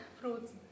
Fruits